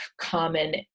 common